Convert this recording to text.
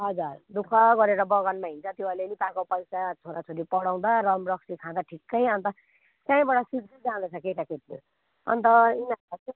हजुर दु ख गरेर बगानमा हिँड्छ त्यो अलिअलि पाएको पैसा छोराछोरी पढाउँदा रम रक्सी खाँदा ठिक्कै अन्त त्यहीबाट सिक्दै जाँदै छ केटाकेटीहरू अन्त यिनीहरू